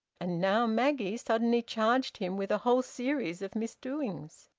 and now maggie suddenly charged him with a whole series of misdoings!